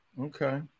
Okay